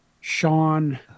Sean